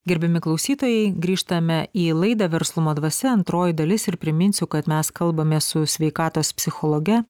gerbiami klausytojai grįžtame į laidą verslumo dvasia antroji dalis ir priminsiu kad mes kalbamės su sveikatos psichologe